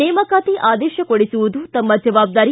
ನೇಮಕಾತಿ ಆದೇಶ ಕೊಡಿಸುವುದು ತಮ್ಮ ಜವಾಬ್ದಾರಿ